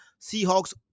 Seahawks